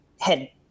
head